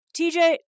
TJ